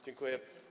Dziękuję.